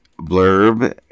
blurb